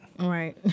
right